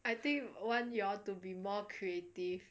I think want you all to be more creative